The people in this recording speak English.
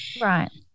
Right